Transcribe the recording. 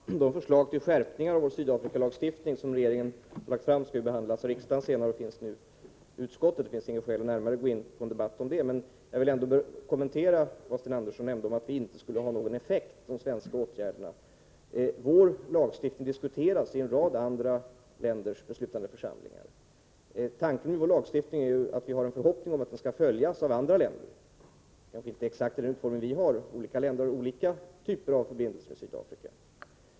Herr talman! Det förslag till skärpning av Sydafrikalagstiftningen som regeringen har lagt fram finns nu i utskottet och skall senare behandlas av riksdagen. Det finns ingen anledning att i dag gå in i en närmare debatt om det. Jag vill något kommentera vad Sten Andersson i Malmö nämnde om att de svenska åtgärderna inte skulle ha någon effekt. Vår lagstiftning diskuteras i en rad andra länders beslutande församlingar. Tanken med vår lagstiftning är att vi hoppas att den skall följas av andra länder — kanske inte exakt i den form som vi har, eftersom olika länder ju har olika typer av förbindelser med Sydafrika.